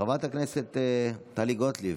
חברת הכנסת טלי גוטליב,